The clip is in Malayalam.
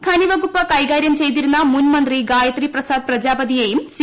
ഖനി വകുപ്പ് കൈകാര്യം ചെയ്തിരുന്ന മുൻ മന്ത്രി ഗായത്രി പ്രസാദ് പ്രജാപതിയേയും സി